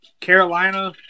Carolina